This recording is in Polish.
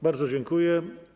Bardzo dziękuję.